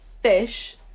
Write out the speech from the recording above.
fish